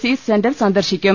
C centre സന്ദർശിക്കും